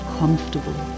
comfortable